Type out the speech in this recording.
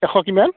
এশ কিমান